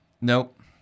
Nope